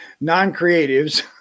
non-creatives